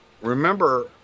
Remember